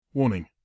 Warning